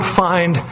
find